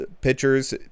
pitchers